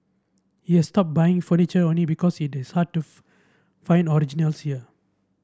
he has stopped buying furniture only because it is hard to find originals here